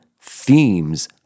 themes